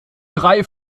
drei